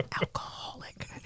Alcoholic